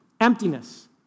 Emptiness